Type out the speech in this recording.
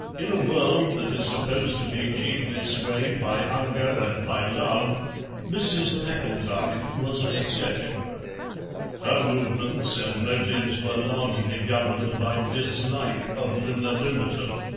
in a world that is supposed to be chiefly swayed by hunger and by love mrs. packletide was an exception her movements and motives were largely governed by dislike of loona bimberton.